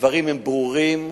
הדברים ברורים,